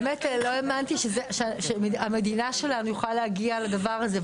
באמת לא האמנתי שהמדינה שלנו יכולה להגיע לדבר הזה,